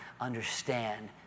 understand